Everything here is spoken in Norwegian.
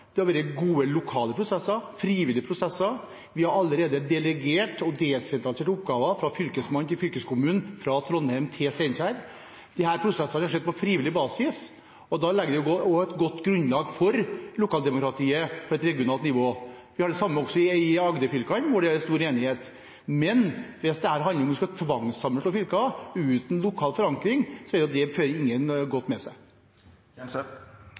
Det har vært gode lokale prosesser, frivillige prosesser. Vi har allerede delegert og desentralisert oppgaver fra Fylkesmannen til fylkeskommunen, fra Trondheim til Steinkjer. Disse prosessene har skjedd på frivillig basis, og da legger en også et godt grunnlag for lokaldemokratiet på regionalt nivå. Vi har det samme i Agder-fylkene, hvor det er stor enighet. Men hvis dette handler om at vi skal tvangssammenslå fylker uten lokal forankring, fører ikke det noe godt med